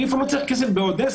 אני כבר לא צריך כסף באודסה,